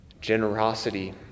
generosity